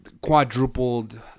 Quadrupled